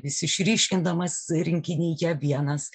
vis išryškindamas rinkinyje vienas